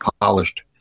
polished